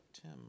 Tim